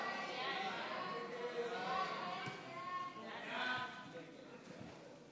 סעיפים 7 8, כהצעת הוועדה, נתקבלו.